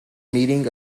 meeting